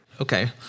Okay